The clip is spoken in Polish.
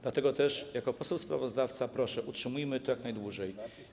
Dlatego też jako poseł sprawozdawca proszę - utrzymujmy to jak najdłużej.